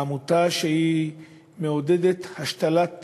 העמותה שמעודדת השתלת